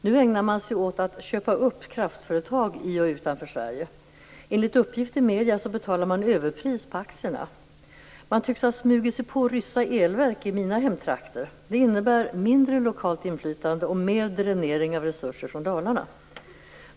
Nu ägnar sig Vattenfall åt att köpa upp kraftföretag i och utanför Sverige. Enligt uppgift i medierna betalar man överpris på aktierna. Man tycks ha smugit sig på Ryssa elverk i mina hemtrakter. Det innebär mindre lokalt inflytande och mer dränering av resurser från Dalarna.